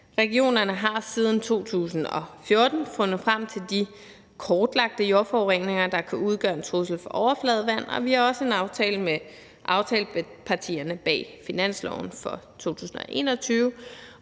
Regionerne har siden 2014 fundet frem til de kortlagte jordforureninger, der kan udgøre en trussel i forhold til overfladevand, og vi har også en aftale med aftalepartierne bag finansloven for 2021